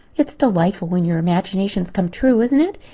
it's delightful when your imaginations come true, isn't it?